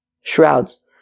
Shrouds